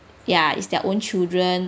ya is their own children